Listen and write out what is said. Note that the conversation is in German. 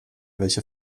welche